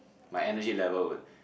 my energy level would